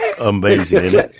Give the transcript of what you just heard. Amazing